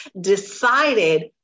decided